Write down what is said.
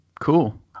cool